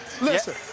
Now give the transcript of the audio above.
Listen